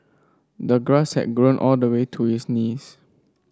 the grass had grown all the way to his knees